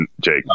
Jake